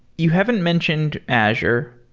you haven't mentioned azure.